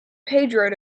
pedro